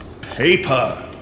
paper